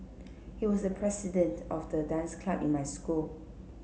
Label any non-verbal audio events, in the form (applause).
(noise) he was the president of the dance club in my school